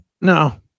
No